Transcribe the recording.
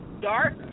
Dark